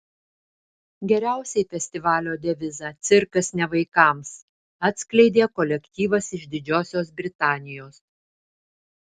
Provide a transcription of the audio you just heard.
geriausiai festivalio devizą cirkas ne vaikams atskleidė kolektyvas iš didžiosios britanijos